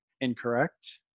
incorrect